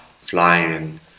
flying